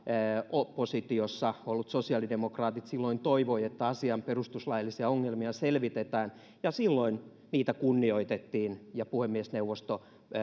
oppositiossa olleet sosiaalidemokraatit silloin toivoivat että asian perustuslaillisia ongelmia selvitetään ja silloin niitä kunnioitettiin ja puhemiesneuvosto